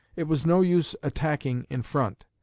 it was no use attacking in front,